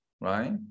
right